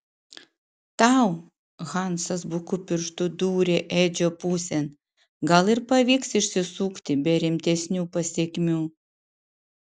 tau hansas buku pirštu dūrė edžio pusėn gal ir pavyks išsisukti be rimtesnių pasekmių